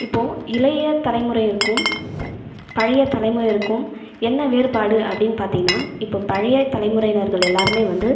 இப்போ இளைய தலைமுறையருக்கும் பழைய தலைமுறையருக்கும் என்ன வேறுபாடு அப்படினு பார்த்தீங்கனா இப்போ பழைய தலைமுறையினர்கள் எல்லோருமே வந்து